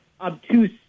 obtuse